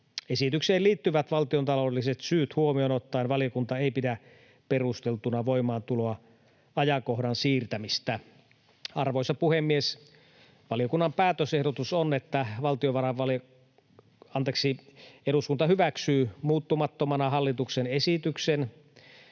Esitykseen liittyvät valtiontaloudelliset syyt huomioon ottaen valiokunta ei pidä perusteltuna voimaantuloajankohdan siirtämistä.” Arvoisa puhemies! Valiokunnan päätösehdotus on, että eduskunta hyväksyy muuttamattomana hallituksen esitykseen